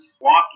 walking